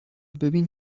ببین